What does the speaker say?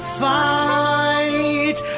fight